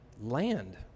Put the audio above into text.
land